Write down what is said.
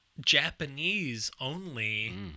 Japanese-only